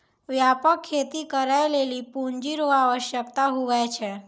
व्यापक खेती करै लेली पूँजी रो आवश्यकता हुवै छै